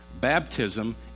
baptism